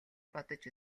бодож